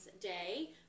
Day